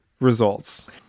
results